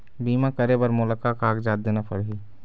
बीमा करे बर मोला का कागजात देना पड़ही?